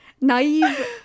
naive